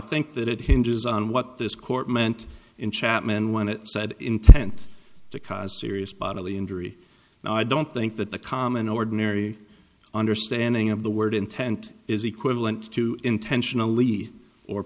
think that it hinges on what this court meant in chapman when it said intent to cause serious bodily injury and i don't think that the common ordinary understanding of the word intent is equivalent to intentionally or